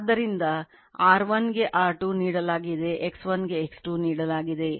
ಆದ್ದರಿಂದ R1 ಗೆ R2 ನೀಡಲಾಗಿದೆ X1 ಗೆ X2 ನೀಡಲಾಗುತ್ತದೆ